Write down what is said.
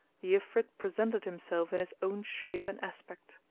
the ifrit presented himself in his own shape and aspect.